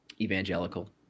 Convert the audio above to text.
evangelical